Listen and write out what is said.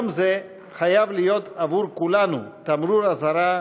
יום זה חייב להיות עבור כולנו תמרור אזהרה: